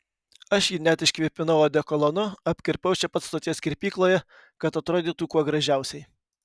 aš jį net iškvėpinau odekolonu apkirpau čia pat stoties kirpykloje kad atrodytų kuo gražiausiai